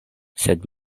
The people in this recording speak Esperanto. sed